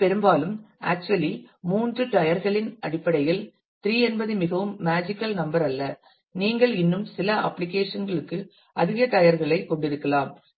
எனவே பெரும்பாலும் ஆக்சுவலி மூன்று டயர் களின் அடிப்படையில் 3 என்பது மிகவும் magical number அல்ல நீங்கள் இன்னும் சில அப்ளிகேஷன் களுக்கு அதிக டயர் களைக் கொண்டிருக்கலாம்